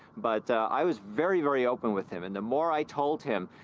but i was very very open with him. and the more i told him,